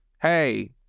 Hey